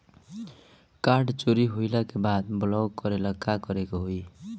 Card चोरी होइला के बाद ब्लॉक करेला का करे के होई?